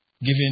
given